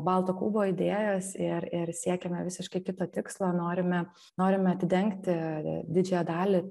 balto kubo idėjos ir ir siekiame visiškai kito tikslo norime norime atidengti didžiąją dalį